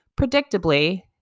Predictably